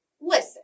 Listen